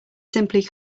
simply